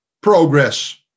progress